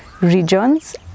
regions